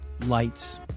lights